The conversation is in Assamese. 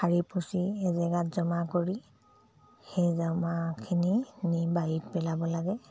সাৰি পুচি এজেগাত জমা কৰি সেই জমাখিনি নি বাৰীত পেলাব লাগে